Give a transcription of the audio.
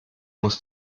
muss